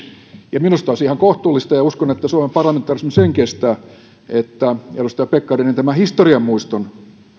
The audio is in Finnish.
pohjalla minusta olisi ihan kohtuullista ja uskon että suomen parlamentarismi sen kestää että edustaja pekkarinen tämän historian muiston